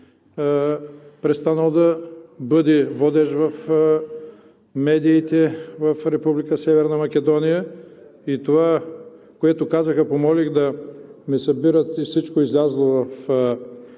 престанал да бъде водещ в медиите в Република Северна Македония и това, което казаха, помолих да ми събират всичко излязло в